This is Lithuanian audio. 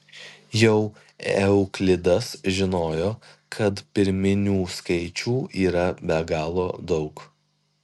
jau euklidas žinojo kad pirminių skaičių yra be galo daug